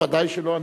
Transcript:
ודאי שלא,